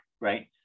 right